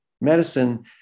medicine